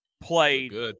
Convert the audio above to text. played